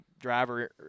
driver